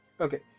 Okay